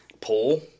pull